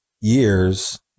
years